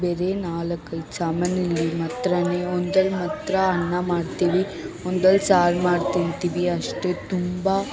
ಬೇರೆ ನಾಲ್ಕೈದು ಸಾಮಾನಲ್ಲಿ ಮಾತ್ರ ಒಂದರಲ್ಲಿ ಮಾತ್ರ ಅನ್ನ ಮಾಡ್ತೀವಿ ಒಂದರಲ್ಲಿ ಸಾರು ಮಾಡಿ ತಿಂತೀವಿ ಅಷ್ಟೇ ತುಂಬ